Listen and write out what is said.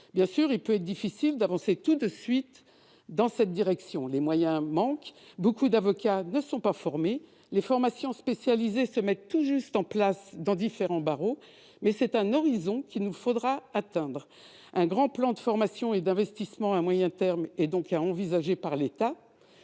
Bien sûr, il peut être difficile d'avancer tout de suite dans cette direction : les moyens manquent, nombre d'avocats ne sont pas formés, les formations spécialisées se mettent tout juste en place dans les différents barreaux, mais c'est un horizon qu'il nous faudra atteindre. L'État doit envisager un grand plan de formation et d'investissement à moyen terme. C'est à lui que je